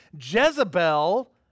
Jezebel